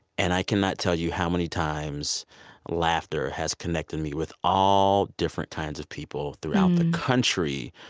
and i cannot tell you how many times laughter has connected me with all different kinds of people throughout the country,